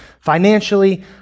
financially